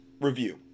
review